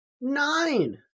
Nine